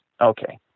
okay